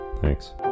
Thanks